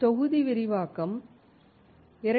தொகுதி விரிவாக்கம் 2